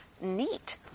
neat